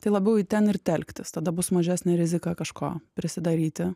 tai labiau į ten ir telktis tada bus mažesnė rizika kažko prisidaryti